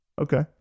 Okay